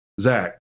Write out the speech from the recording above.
Zach